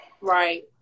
Right